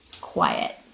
quiet